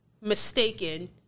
mistaken